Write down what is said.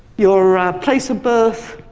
your place of birth,